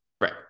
right